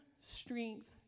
strength